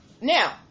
Now